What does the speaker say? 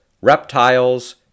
reptiles